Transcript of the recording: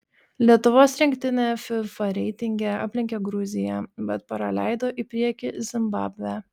lietuvos rinktinė fifa reitinge aplenkė gruziją bet praleido į priekį zimbabvę